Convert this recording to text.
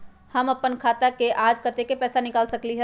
हम अपन खाता से आज कतेक पैसा निकाल सकेली?